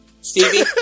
Stevie